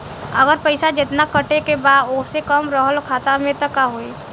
अगर पैसा जेतना कटे के बा ओसे कम रहल खाता मे त का होई?